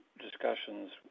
discussions